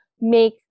make